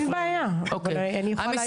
אין בעיה, אבל אני יכולה להעיר.